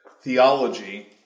theology